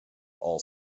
all